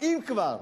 אם כבר.